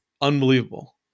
unbelievable